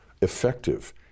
effective